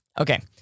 Okay